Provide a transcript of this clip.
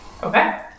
Okay